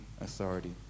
authority